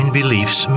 beliefs